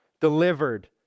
delivered